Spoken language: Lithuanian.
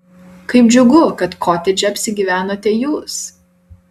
kaip džiugu kad kotedže apsigyvenote jūs